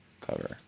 Cover